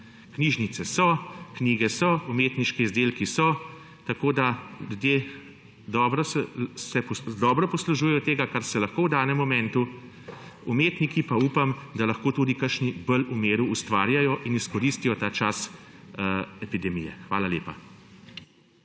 Knjižnice so, knjige so, umetniški izdelki so, tako da se ljudje dobro poslužujejo tega, česar se lahko v danem momentu. Umetniki pa, upam, da lahko tudi kakšni bolj v miru ustvarjajo in izkoristijo ta čas epidemije. Hvala lepa.